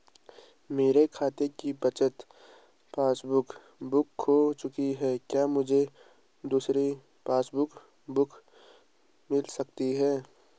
मेरे खाते की बचत पासबुक बुक खो चुकी है क्या मुझे दूसरी पासबुक बुक मिल सकती है?